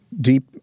deep